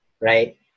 Right